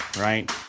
right